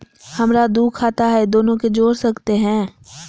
हमरा दू खाता हय, दोनो के जोड़ सकते है?